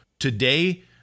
Today